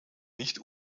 nicht